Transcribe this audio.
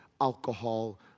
alcohol